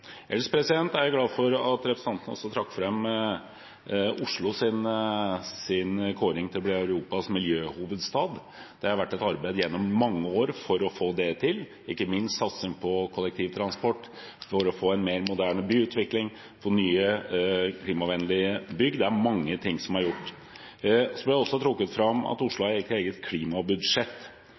Ellers er jeg glad for at representanten også trakk fram at Oslo er kåret til å bli Europas miljøhovedstad. Det har vært et arbeid gjennom mange år for å få det til, ikke minst satsing på kollektivtransport for å få en mer moderne byutvikling, på nye klimavennlige bygg – det er mye som har vært gjort. Det er også trukket fram at Oslo har et eget klimabudsjett,